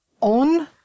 on